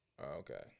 Okay